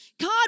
God